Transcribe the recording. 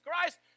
Christ